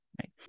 right